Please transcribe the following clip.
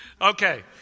Okay